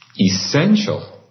essential